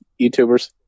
YouTubers